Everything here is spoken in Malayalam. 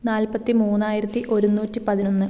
നാൽപ്പത്തി മൂവായിരത്തി ഒരുന്നൂറ്റി പതിനൊന്ന്